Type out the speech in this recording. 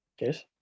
Yes